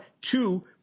two